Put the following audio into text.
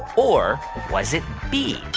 or was it b,